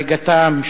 תמיד אתה אחרון,